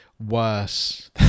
worse